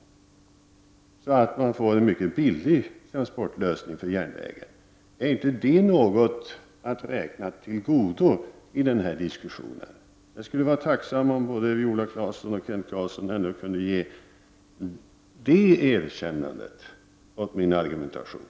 Då får man en mycket billig transportlösning när det gäller järnvägen. Är inte detta någonting att räkna till godo i denna diskussion? Jag vore tacksam om både Viola Claesson och Kent Carlsson ändå kunde ge detta erkännande åt min argumentation.